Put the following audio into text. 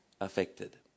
affected